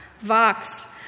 Vox